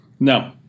No